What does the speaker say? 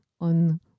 on